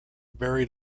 buried